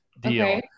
deal